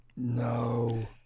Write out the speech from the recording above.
No